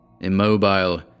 Immobile